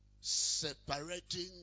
separating